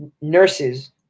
nurses